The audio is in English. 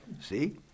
see